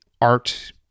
art